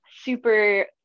super